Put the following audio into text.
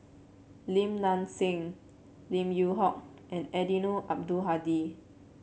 Lim Nang Seng Lim Yew Hock and Eddino Abdul Hadi